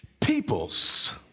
Peoples